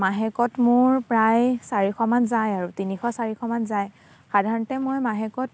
মাহেকত মোৰ প্ৰায় চাৰিশমান যায় আৰু তিনিশ চাৰিশমান যায় সাধাৰণতে মই মাহেকত